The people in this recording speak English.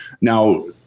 Now